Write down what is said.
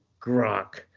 grok